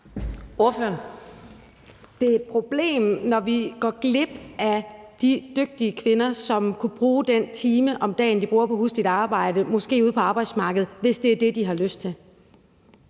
Det er et problem, når vi går glip af de dygtige kvinder, som måske kunne bruge den time om dagen, de bruger på husligt arbejde, ude på arbejdsmarkedet, hvis det er det, de har lyst til.